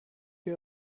wir